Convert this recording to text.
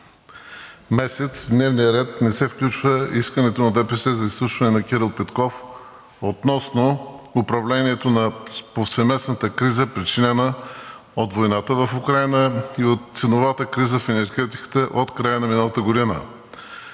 месец в дневния ред не се включва искането на ДПС за изслушване на Кирил Петков относно управлението на повсеместната криза, причинена от войната в Украйна и от ценовата криза в енергетиката от края на миналата година.